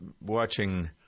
watching